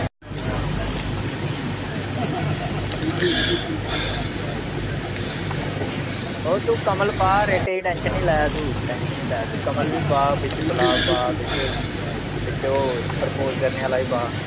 ओह् कमल पा तू रेटै दी टेंशन निं लै तू कमल पा बिच गुलाब पा बिच ओह् प्रपोज़ करने आह्ला बी पा